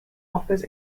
offers